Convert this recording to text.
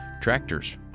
tractors